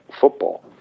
football